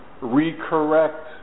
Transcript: re-correct